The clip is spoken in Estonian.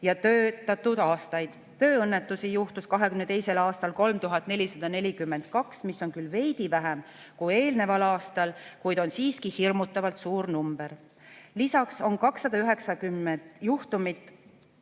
ja töötatud aastaid. Tööõnnetusi juhtus 2022. aastal 3442, seda on küll veidi vähem kui eelneval aastal, kuid see on siiski hirmutavalt suur number. Lisaks on 290 juhtumit,